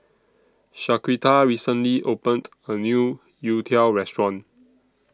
Shaquita recently opened A New Youtiao Restaurant